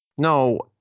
No